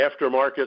aftermarket